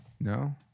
No